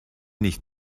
nicht